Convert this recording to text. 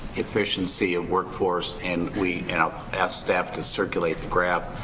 efficiency of workforce and we asked staff to circulate the graph,